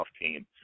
team